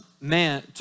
man